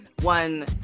one